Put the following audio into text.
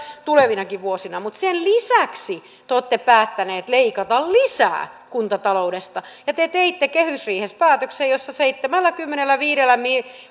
tulevinakin vuosina mutta sen lisäksi te olette päättäneet leikata lisää kuntataloudesta ja te teitte kehysriihessä päätöksen jossa seitsemälläkymmenelläviidellä